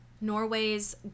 Norway's